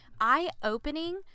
eye-opening